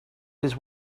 this